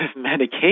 medication